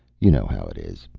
you know how it is.